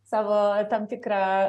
savo tam tikrą